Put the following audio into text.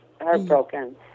heartbroken